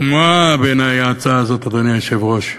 תמוהה בעיני ההצעה הזאת, אדוני היושב-ראש,